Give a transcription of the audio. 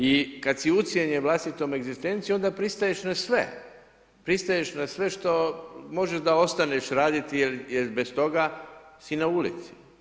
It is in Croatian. I kada si ucijenjen vlastitom egzistencijom onda pristaješ na sve, pristaješ na sve što može da ostaneš raditi jer bez toga si na ulici.